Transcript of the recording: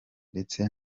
ndetse